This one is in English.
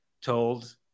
told